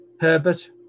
Herbert